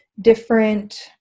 different